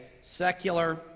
secular